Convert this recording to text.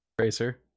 Racer